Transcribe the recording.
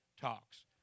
talks